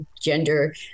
gender